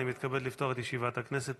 אני מתכבד לפתוח את ישיבת הכנסת.